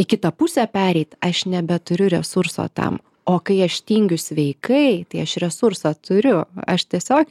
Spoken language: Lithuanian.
į kitą pusę pereit aš nebeturiu resurso tam o kai aš tingiu sveikai tai aš resursą turiu aš tiesiog